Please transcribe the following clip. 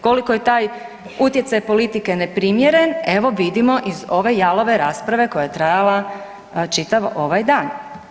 Koliko je taj utjecaj politike neprimjeren evo vidimo iz ove jalove rasprave koja je trajala čitav ovaj dan.